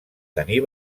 tenir